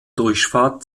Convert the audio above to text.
durchfahrt